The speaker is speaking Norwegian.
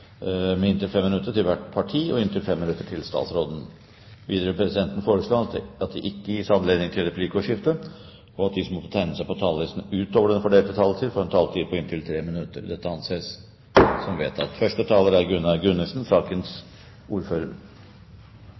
med inntil 5 minutter til hvert parti og inntil 5 minutter til statsråden. Videre vil presidenten foreslå at det ikke gis anledning til replikkordskifte, og at de som måtte tegne seg på talerlisten utover den fordelte taletid, får en taletid på inntil 3 minutter. – Det anses vedtatt. Bakgrunnen for denne saken er den generelle ordningen med momskompensasjon som